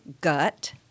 gut